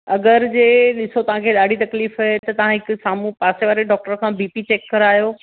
अगरि जे ॾिसो तव्हां खे ॾाढी तकलीफ़ आहे त तव्हां हिकु साम्हूं पासे वारे डॉक्टर खां बी पी चेक करायो